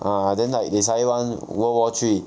ah then like they suddenly want world war three